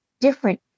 different